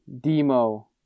Demo